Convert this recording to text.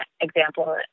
example